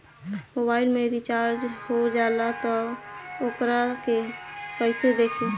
Mobile में recharge हो जाला त वोकरा के कइसे देखी?